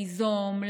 ליזום,